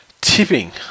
Tipping